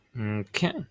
Okay